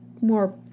more